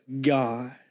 God